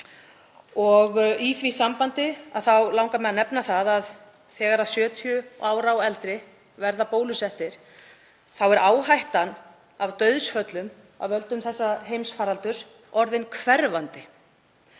Í því sambandi langar mig að nefna það að þegar 70 ára og eldri verða bólusettir er hættan á dauðsföllum af völdum þessa heimsfaraldurs orðin hverfandi.